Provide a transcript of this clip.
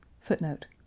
Footnote